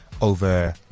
over